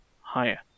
higher